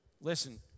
Listen